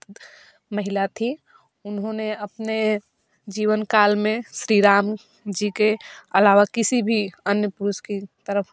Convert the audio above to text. महिला थी उन्होंने अपने जीवन काल में श्री राम जी के अलावा किसी भी अन्य पुरुष की तरफ़